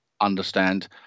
understand